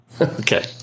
Okay